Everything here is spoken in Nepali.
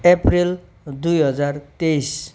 अप्रेल दुई हजार तेइस